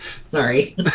Sorry